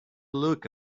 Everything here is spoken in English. look